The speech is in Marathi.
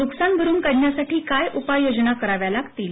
नुकसान भरून काढण्यासाठीकाय उपाययोजना कराव्या लागतील